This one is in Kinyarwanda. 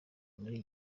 muri